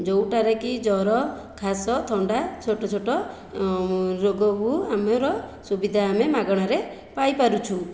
ଯେଉଁଟାରେକି ଜ୍ଵର ଖାସ ଥଣ୍ଡା ଛୋଟ ଛୋଟ ରୋଗକୁ ଆମର ସୁବିଧା ଆମେ ମାଗଣାରେ ପାଇପାରୁଛୁ